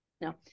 No